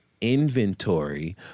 Inventory